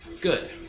Good